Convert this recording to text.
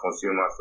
consumers